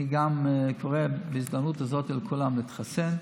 אני קורא בהזדמנות הזאת לכולם להתחסן.